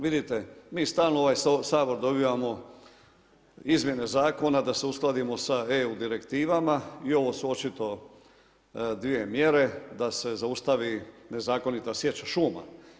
Vidite mi stalno u ovaj Sabor dobivamo izmjene zakona da se uskladimo da EU direktivama i ovo su očito dvije mjere da se zaustavi nezakonita sječa šuma.